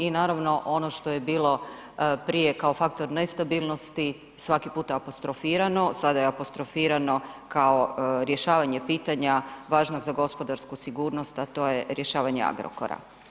I naravno ono što je bilo prije kao faktor nestabilnosti svaki puta apostrofirano, sada je apostrofirano kao rješavanje pitanja važnog za gospodarsku sigurnost, a to je rješavanje Agrokora.